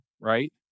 right